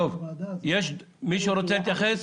עוד מישהו רוצה להתייחס?